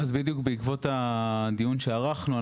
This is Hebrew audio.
אז בדיוק בעקבות הדיון שערכנו,